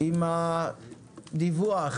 ממשיכים עם דיווח